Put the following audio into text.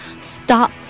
stop